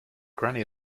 granny